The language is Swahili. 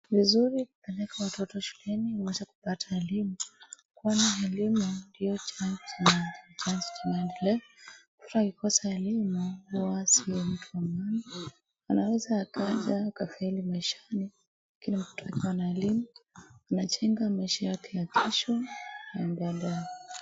Ni vizuri kupeleka watoto shuleni waweze kupata elimu kwani elimu ndio chanzo cha maendeleo. Mtu akikosa elimu huwa sio mtu wa muhimu. Anaweza akaja akafeli maishani lakini mtu kukaa na elimu inajenga maisha yake ya kesho na ya baadaye.